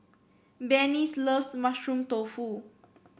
Benny's loves Mushroom Tofu